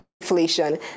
inflation